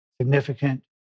significant